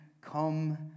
come